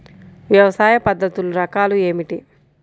వ్యవసాయ పద్ధతులు రకాలు ఏమిటి?